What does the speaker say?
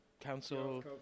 Council